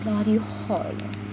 bloody hot leh